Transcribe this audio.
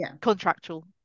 contractual